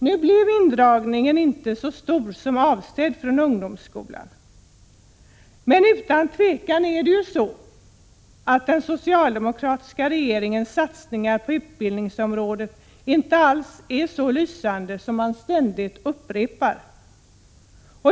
Nu blev indragningen från ungdomsskolan inte så stor som avsetts, men den socialdemokratiska regeringens satsning på utbildningsområdet är inte alls så lysande som man ständigt upprepar.